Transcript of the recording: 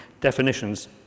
definitions